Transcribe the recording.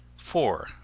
four.